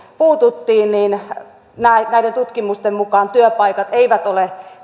puututtiin ja näiden tutkimusten mukaan työpaikat eivät ole